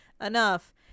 enough